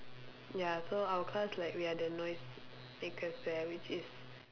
ya so our class like we are the noise makers that which is